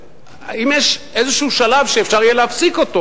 האם יש שלב כלשהו שאפשר יהיה להפסיק אותו.